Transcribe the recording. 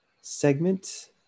segment